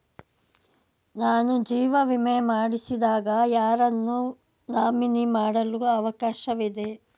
ನಾನು ಜೀವ ವಿಮೆ ಮಾಡಿಸಿದಾಗ ಯಾರನ್ನು ನಾಮಿನಿ ಮಾಡಲು ಅವಕಾಶವಿದೆ?